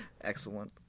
Excellent